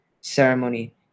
ceremony